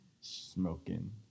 smoking